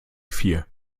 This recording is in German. vier